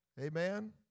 Amen